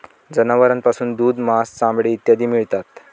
जनावरांपासून दूध, मांस, चामडे इत्यादी मिळतात